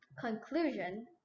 conclusion